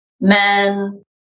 men